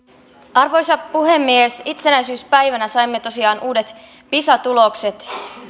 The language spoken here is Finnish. arvoisa puhemies itsenäisyyspäivänä saimme tosiaan uudet pisa tulokset